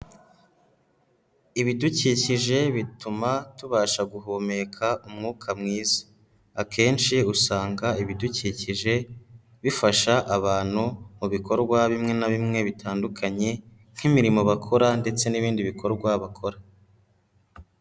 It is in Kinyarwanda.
Ibidukikije bituma tubasha guhumeka umwuka mwiza, akenshi usanga ibidukikije bifasha abantu mu bikorwa bimwe na bimwe bitandukanye, nk'imirimo bakora ndetse n'ibindi bikorwa bakora.